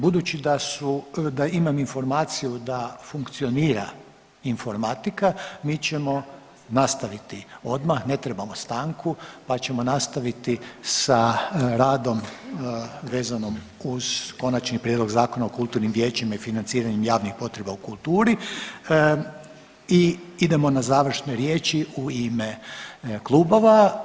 Budući da su, da imam informaciju da funkcionira informatika, mi ćemo nastaviti odmah, ne trebamo stanku pa ćemo nastaviti sa radom vezanom uz Konačni prijedlog Zakona o kulturnim vijećima i financiranju javnih potreba u kulturi i idemo na završne riječi u ime klubova.